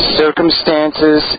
circumstances